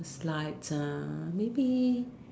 slides ah maybe